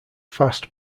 fast